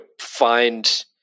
find